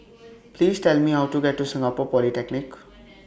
Please Tell Me How to get to Singapore Polytechnic